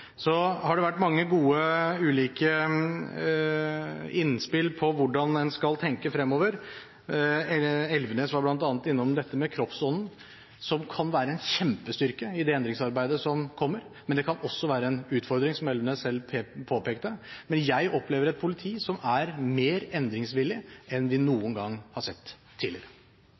Så har det vært mange ulike gode innspill til hvordan en skal tenke fremover. Elvenes var bl.a. innom dette med korpsånden, som kan være en kjempestyrke i det endringsarbeidet som kommer, men som også kan være en utfordring – som Elvenes selv påpekte. Men jeg opplever et politi som er mer endringsvillig enn vi noen gang har sett.